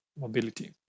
mobility